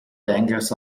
dangles